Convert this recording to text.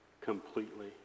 completely